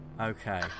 okay